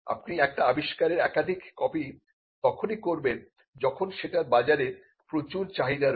আপনি একটা আবিষ্কারের একাধিক কপি তখনই করবেন যখন সেটার বাজারে প্রচুর চাহিদা রয়েছে